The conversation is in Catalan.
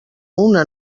una